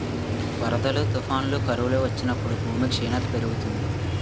వరదలు, తుఫానులు, కరువులు వచ్చినప్పుడు భూమి క్షీణత పెరుగుతుంది